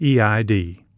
eid